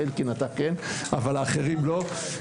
אלקין, אולי אתה כן אבל האחרים לא.